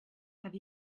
have